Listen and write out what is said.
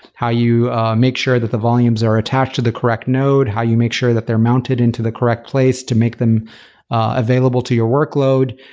how you make sure that the volumes are attached to the correct node? how you make sure that they're mounted into the correct place to make them available to your workload.